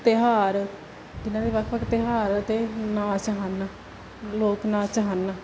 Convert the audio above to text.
ਤਿਉਹਾਰ ਇਹਨਾਂ ਦੇ ਵੱਖ ਵੱਖ ਤਿਉਹਾਰ ਅਤੇ ਨਾਚ ਹਨ ਲੋਕ ਨਾਚ ਹਨ